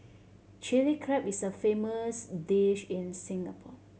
Chilli Crab is a famous dish in Singapore